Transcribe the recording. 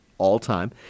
all-time